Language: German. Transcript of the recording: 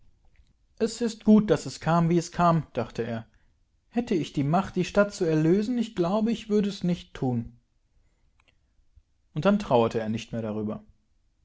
es ist gut daß es kam wie es kam dachte er hätte ich die macht die stadt zu erlösen ich glaube ich würde es nicht tun und dann trauerte er nichtmehrdarüber unddasindgewißvieleunterdenjungenleuten diesodenken